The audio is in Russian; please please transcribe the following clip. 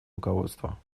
руководство